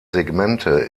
segmente